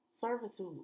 servitude